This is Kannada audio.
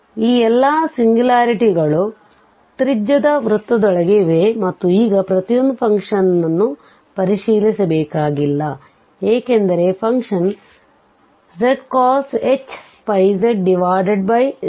ಈ ಎಲ್ಲಾ ಸಿಂಗ್ಯುಲಾರಿಟಿಗಳು ತ್ರಿಜ್ಯದ ವೃತ್ತದೊಳಗೆ ಇವೆ ಮತ್ತು ಈಗ ಪ್ರತಿಯೊಂದು ಫಂಕ್ಷನ್ ನ ನ್ನು ಪರಿಶೀಲಿಸಬೇಕಾಗಿಲ್ಲ ಏಕೆಂದರೆ ಫಂಕ್ಷನ್ zcosh πz z2iz3i